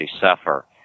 suffer